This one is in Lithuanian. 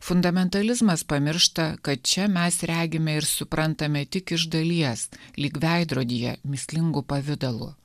fundamentalizmas pamiršta kad čia mes regime ir suprantame tik iš dalies lyg veidrodyje mįslingu pavidalu